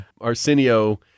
Arsenio